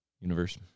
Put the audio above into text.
Universe